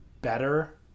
better